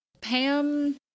Pam